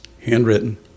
Handwritten